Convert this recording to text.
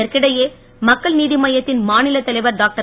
இதற்கிடையே மக்கள் நீதி மய்யத்தின் மாநிலத் தலைவர் டாக்டர்